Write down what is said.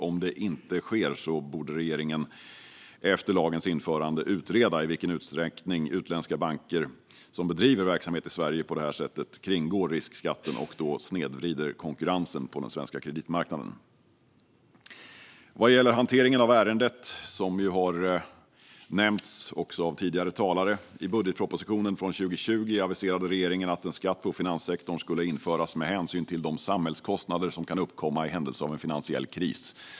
Om detta inte sker borde regeringen efter lagens införande utreda i vilken utsträckning utländska banker som bedriver verksamhet i Sverige på detta sätt kringgår riskskatten och då snedvrider konkurrensen på den svenska kreditmarknaden. Vad gäller hanteringen av ärendet, som har nämnts även av tidigare talare, aviserade regeringen i budgetpropositionen från 2020 att en skatt på finanssektorn skulle införas med hänsyn till de samhällskostnader som kan uppkomma i händelse av en finansiell kris.